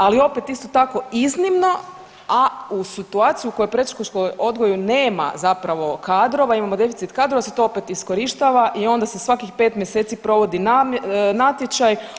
Ali opet isto tako iznimno, a u situaciji koje u predškolskom odgoju nema zapravo kadrova, imamo deficit kadrova se to opet iskorištava i onda se svakih pet mjeseci provodi natječaj.